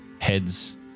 heads